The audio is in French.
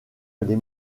les